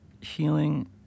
healing